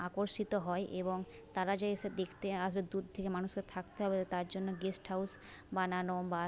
আকর্ষিত হয় এবং তারা যে এসে দেখতে আসবে দূর থেকে মানুষকে থাকতে হবে তার জন্য গেস্ট হাউস বানানো বা